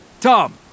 tom